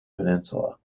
peninsula